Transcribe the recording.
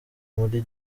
muri